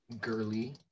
Girly